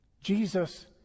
Jesus